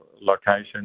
location